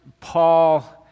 Paul